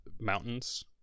mountains